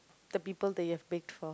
the people that you have baked for